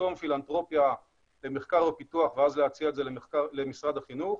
פילנתרופיה למחקר ופיתוח ואז להציע את זה למשרד החינוך.